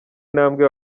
intabwe